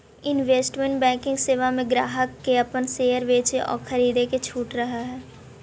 investment banking सेवा में ग्राहक के अपन शेयर बेचे आउ खरीदे के छूट रहऽ हइ